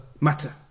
matter